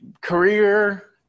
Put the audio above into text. career